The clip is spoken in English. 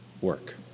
work